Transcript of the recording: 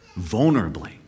vulnerably